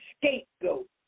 scapegoat